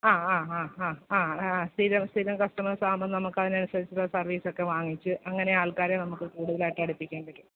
ആ ആ ആ ആ ആ സ്ഥിരം സ്ഥിരം കസ്റ്റമേഴ്സാവുമ്പം നമുക്ക് അതിനനുസരിച്ച് സർവീസൊക്കെ വാങ്ങിച്ച് അങ്ങനെ ആൾക്കാരെ നമുക്ക് കൂടുതലായിട്ടടുപ്പിക്കാൻ പറ്റും